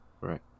Right